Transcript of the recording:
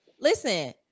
listen